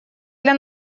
для